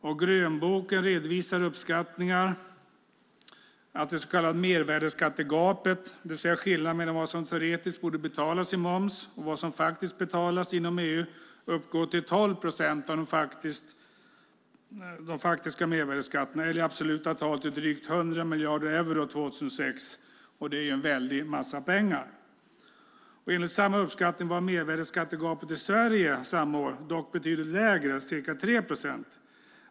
I grönboken redovisas uppskattningar, att det så kallade mervärdesskattegapet - det vill säga skillnaden mellan vad som teoretiskt borde betalas i moms och vad som faktiskt betalas inom EU - uppgår till 12 procent av de faktiska mervärdesskatterna eller, i absoluta tal, till drygt 100 miljarder euro år 2006. Det är alltså fråga om väldigt mycket pengar. Enligt samma uppskattning var dock mervärdesskattegapet i Sverige samma år betydligt lägre, ca 3 procent.